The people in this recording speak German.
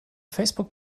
facebook